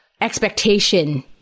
expectation